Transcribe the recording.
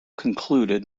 concluded